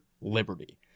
liberty